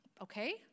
okay